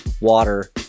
water